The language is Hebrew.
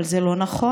אבל זה לא נכון.